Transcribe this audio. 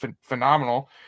phenomenal